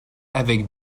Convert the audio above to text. avec